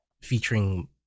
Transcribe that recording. featuring